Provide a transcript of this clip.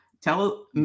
tell